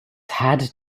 had